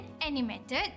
animated